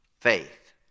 faith